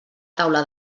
taula